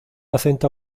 acento